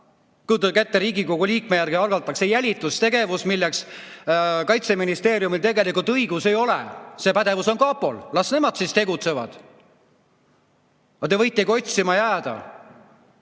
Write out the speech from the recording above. Kujutage ette, Riigikogu liikme järgi algatatakse jälitustegevus, milleks Kaitseministeeriumil tegelikult õigust ei ole! See pädevus on kapol, las nemad tegutsevad. No te võitegi otsima jääda.